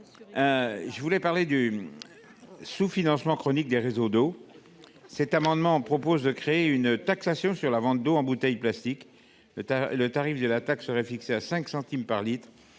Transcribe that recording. Longeot. Face au sous financement chronique des réseaux d’eau, cet amendement vise à créer une taxation sur la vente d’eau en bouteille plastique. Le tarif de la taxe serait fixé à cinq centimes par litre,